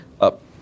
up